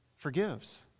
forgives